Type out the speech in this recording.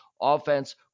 offense